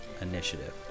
initiative